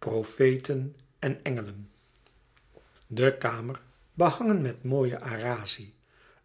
profeten en engelen de kamer behangen met mooie arazzi